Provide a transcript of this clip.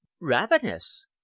ravenous